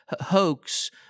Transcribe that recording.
hoax